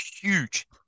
Huge